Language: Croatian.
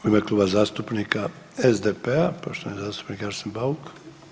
U ime Kluba zastupnika SDP-a poštovani zastupnik Arsen Bauk.